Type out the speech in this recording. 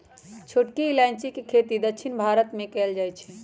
छोटकी इलाइजी के खेती दक्षिण भारत मे कएल जाए छै